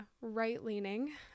right-leaning